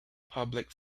public